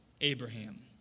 Abraham